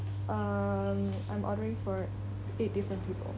um I'm ordering for eight different people